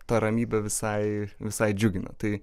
ta ramybė visai visai džiugina tai